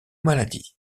maladies